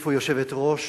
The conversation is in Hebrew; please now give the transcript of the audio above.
החליפו יושבת-ראש.